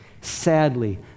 Sadly